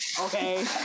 Okay